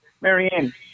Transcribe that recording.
Marianne